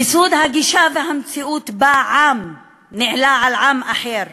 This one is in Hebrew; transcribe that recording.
מיסוד הגישה והמציאות שבה עם נעלה על עם אחר,